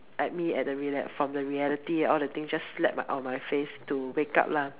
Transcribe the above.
at me at the reality from the reality all the things just slap on my face to wake up lah